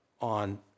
on